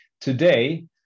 today